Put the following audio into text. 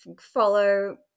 follow